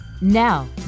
Now